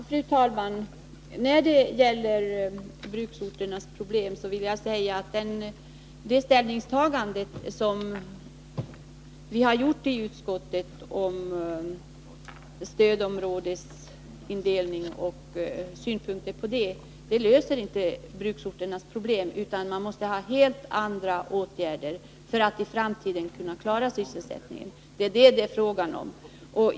Fru talman! När det gäller bruksorternas problem vill jag säga att utskottets ställningstagande beträffande stödområdesindelning inte löser dessa. Man måste vidta helt andra åtgärder för att i framtiden kunna klara sysselsättningen. Det är det som det är fråga om.